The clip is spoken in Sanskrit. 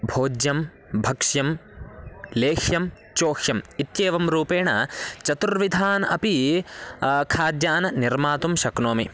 भोज्यं भक्ष्यं लेह्यं चोह्यम् इत्येवं रूपेण चतुर्विधान् अपि खाद्यान् निर्मातुं शक्नोमि